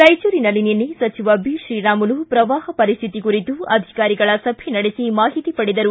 ರಾಯಚೂರಿನಲ್ಲಿ ನಿನ್ನೆ ಸಚಿವ ಬಿತ್ರೀರಾಮುಲು ಶ್ರವಾಹ ಪರಸ್ಥಿತಿ ಕುರಿತು ಅಧಿಕಾರಿಗಳ ಸಭೆ ನಡೆಸಿ ಮಾಹಿತಿ ಪಡೆದರು